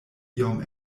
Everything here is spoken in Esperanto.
iom